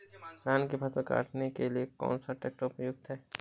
धान की फसल काटने के लिए कौन सा ट्रैक्टर उपयुक्त है?